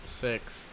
Six